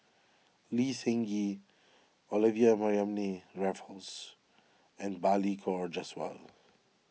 Lee Seng Gee Olivia Mariamne Raffles and Balli Kaur Jaswal